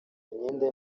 imyenda